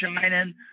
shining